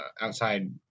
outside